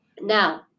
Now